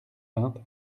vingt